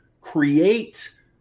create